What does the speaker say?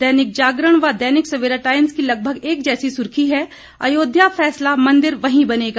दैनिक जागरण व दैनिक सवेरा टाईम्स की लगभग एक जैसी सुर्खी है अयोध्या फैसला मंदिर वही बनेगा